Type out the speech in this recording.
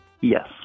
Yes